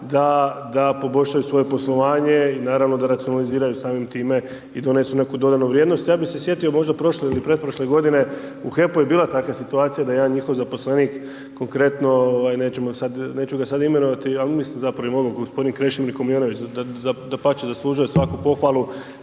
da poboljšaju svoje poslovanje i naravno da racionaliziraju samim time i donesu neku dodanu vrijednost. Ja bise sjetio možda prošle ili pretprošle godine, u HEP-u je bila takva situacija da jedan njihov zaposlenik konkretno neću ga sad imenovati, ali mislim zapravo i mogu gospodin Krešimir …/Govornik se ne razumije./… dapače, zaslužuje svaku pohvalu